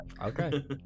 Okay